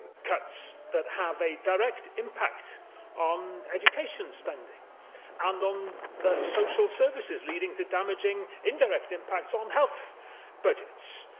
cuts that have a direct impact on education spending and on social services, leading to damaging indirect impacts on health budgets.